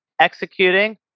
executing